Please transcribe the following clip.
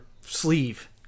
sleeve